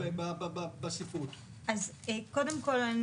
קודם כל,